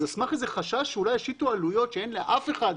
אז על סמך איזה חשש שאולי ישיתו עלויות שאין לאף אחד,